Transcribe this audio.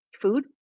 Food